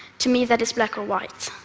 to me that is black or white.